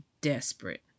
desperate